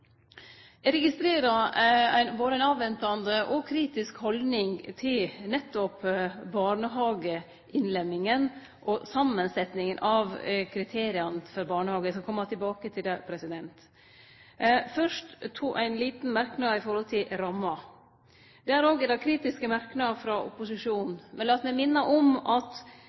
Eg registrerer både ei avventande og ei kritisk haldning til nettopp barnehageinnlemminga og sammensetjinga av kriteria for barnehage. Eg skal kome tilbake til det. Først ein liten merknad som gjeld ramma. Der er det òg kritiske merknader frå opposisjonen. Men lat meg minne om at